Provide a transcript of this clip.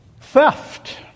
Theft